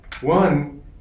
One